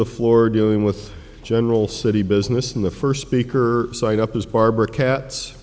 the floor dealing with general city business and the first speaker site up is barbara kat